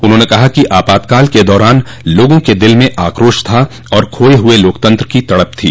उन्होंने कहा कि आपातकाल के दौरान लोगों के दिल में आक्रोश था और खोये हुए लोकतंत्र की तड़प थी